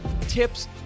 tips